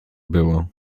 było